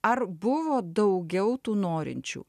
ar buvo daugiau tų norinčių